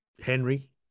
Henry